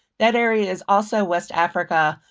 that area is also west africa,